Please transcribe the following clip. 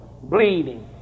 bleeding